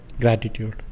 gratitude